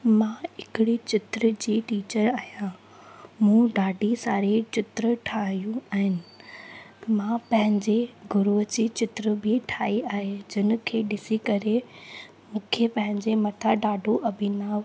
मां हिकिड़ी चित्र जी टीचर आहियां मूं ॾाढी सारी चित्र ठाहियूं ऐं मां पंहिंजे गुरुअ जी चित्र बि ठाही आहे जिनि खे ॾिसी करे मूंखे पंहिंजे मथां ॾाढो अभिनव